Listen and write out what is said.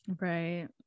Right